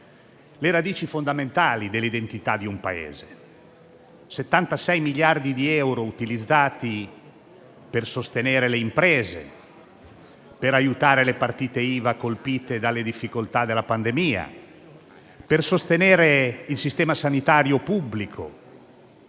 le radici fondamentali dell'identità del Paese. I 76 miliardi di euro sono utilizzati per sostenere le imprese, per aiutare le partite IVA colpite dalle difficoltà della pandemia, per sostenere il sistema sanitario pubblico